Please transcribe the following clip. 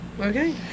okay